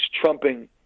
trumping